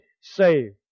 saved